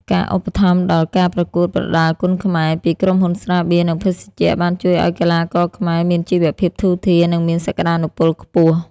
ការឧបត្ថម្ភដល់ ការប្រកួតប្រដាល់គុនខ្មែរ ពីក្រុមហ៊ុនស្រាបៀរ និងភេសជ្ជៈ បានជួយឱ្យកីឡាករខ្មែរមានជីវភាពធូរធារ និងមានសក្តានុពលខ្ពស់។